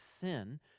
sin